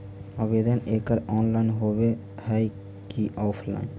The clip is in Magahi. आवेदन एकड़ ऑनलाइन होव हइ की ऑफलाइन?